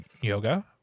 yoga